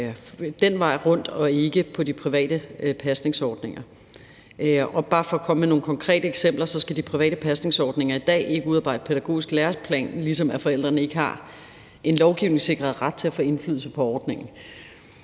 den vej rundt, og ikke de private pasningsordninger. Bare for at komme med nogle konkrete eksempler, så skal de private pasningsordninger i dag ikke udarbejde pædagogisk læreplan, ligesom forældrene ikke har en lovgivningssikret ret til at få indflydelse på ordningen.